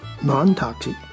non-toxic